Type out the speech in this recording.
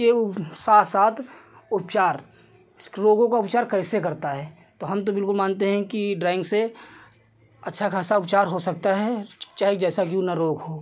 साथ साथ अब उपचार रोगों का उपचार कैसे करता है तो हम तो बिल्कुल मानते हैं कि ड्रॉइन्ग से अच्छा ख़ासा उपचार हो सकता है चाहे जैसा भी ना रोग हो